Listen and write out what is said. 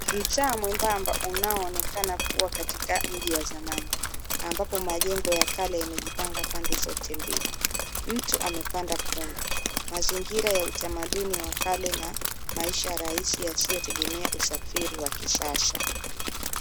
Mtaa mwembamba unaonekana kuwa katika mji wa zamani, ambapo majengo ya kale yamejipanga pande zote mbili, mtu amepanda punda mazingira ya utamaduni wa kale na maisha rahisi yasiyotegemea usafiri wa kisasa.